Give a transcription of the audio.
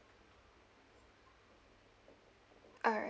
alright